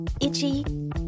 itchy